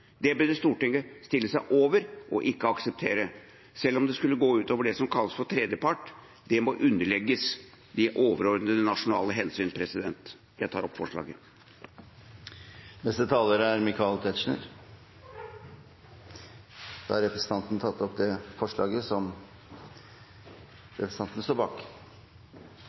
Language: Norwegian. Det burde Stortinget stille seg over og ikke akseptere, selv om det skulle gå ut over det som kalles for tredjepart. Det må underlegges de overordnende nasjonale hensyn. Jeg tar hermed opp forslaget. Representanten Martin Kolberg har tatt opp det forslaget